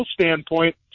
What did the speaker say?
standpoint